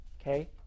okay